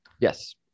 yes